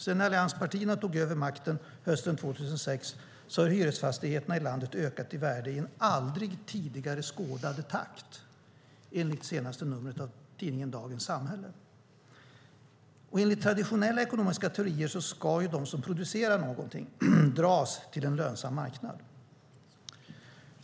Sedan allianspartierna tog över makten hösten 2006 har hyresfastigheterna i landet ökat i värde i en aldrig tidigare skådad takt enligt senaste numret av tidningen Dagens Samhälle. Enligt traditionella ekonomiska teorier ska de som producerar någonting dras till en lönsam marknad.